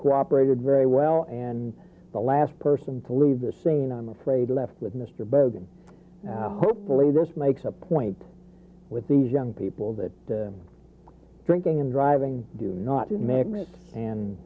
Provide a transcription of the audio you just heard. cooperated very well and the last person to leave the scene i'm afraid left with mr bowden hopefully this makes a point with these young people that drinking and driving do not